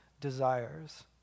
desires